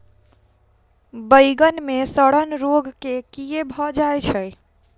बइगन मे सड़न रोग केँ कीए भऽ जाय छै?